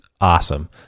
awesome